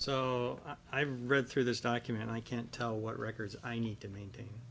i've read through this document i can't tell what records i need to maintain